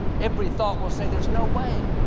every thought will say, there's no way.